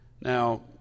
Now